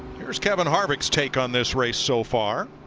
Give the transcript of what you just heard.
whats kevin harvik's take on this race so far.